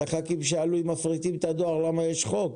אז הח"כים שאלו אם מפריטים את הדואר, למה יש חוק.